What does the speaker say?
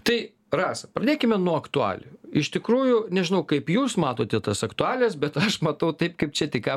tai rasa pradėkime nuo aktualijų iš tikrųjų nežinau kaip jūs matote tas aktualijas bet aš matau taip kaip čia tik ką